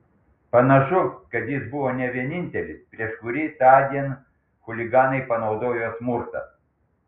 panašu kad jis buvo ne vienintelis prieš kurį tądien chuliganai panaudojo smurtą